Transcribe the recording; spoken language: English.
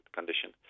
Condition